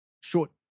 short